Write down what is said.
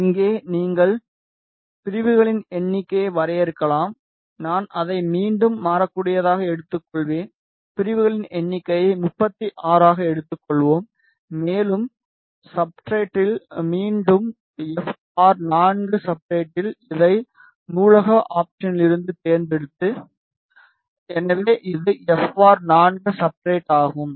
இங்கே நீங்கள் பிரிவுகளின் எண்ணிக்கையை வரையறுக்கலாம் நான் அதை மீண்டும் மாறக்கூடியதாக எடுத்துக்கொள்வேன் பிரிவுகளின் எண்ணிக்கையை 36 ஆக எடுத்துக்கொள்வோம் மேலும் சப்ஸ்ட்ரட்டில் மீண்டும் எப் ஆர்4 சப்ஸ்ட்ரட்டில் அதை நூலக ஆப்ஷனிலிருந்து தேர்ந்தெடுக்கிறது எனவே இது எப் ஆர்4 சப்ஸ்ட்ரட் ஆகும்